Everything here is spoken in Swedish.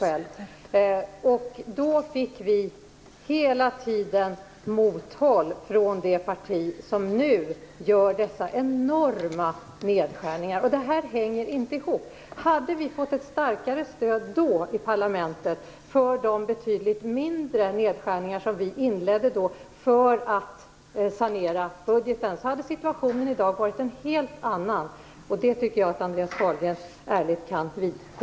Hela tiden fick vi mothåll från det parti som nu genomför dessa enorma nedskärningar. Det hänger inte ihop. Hade vi fått ett starkare stöd i parlamentet för de betydligt mindre nedskärningar som vi påbörjade för att sanera budgeten, hade situationen i dag varit en helt annan. Det tycker jag att Andreas Carlgren ärligt kan vidgå.